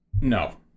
No